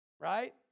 right